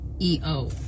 EO